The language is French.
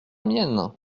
mienne